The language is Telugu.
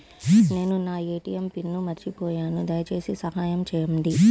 నేను నా ఏ.టీ.ఎం పిన్ను మర్చిపోయాను దయచేసి సహాయం చేయండి